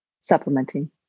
supplementing